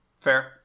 fair